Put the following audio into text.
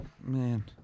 Man